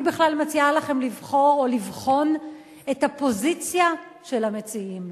אני בכלל מציעה לכם לבחון את הפוזיציה של המציעים.